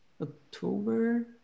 October